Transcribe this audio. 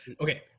Okay